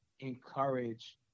encourage